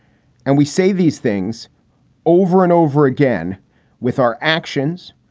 and we say these things over and over again with our actions,